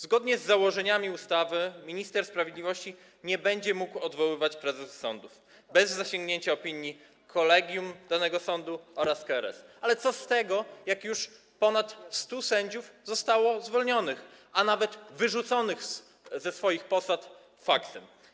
Zgodnie z założeniami ustawy minister sprawiedliwości nie będzie mógł odwoływać prezesów sądów bez zasięgnięcia opinii kolegium danego sądu oraz KRS, ale co z tego, jak już ponad 100 sędziów zostało zwolnionych, a nawet wyrzuconych ze swoich posad faksem.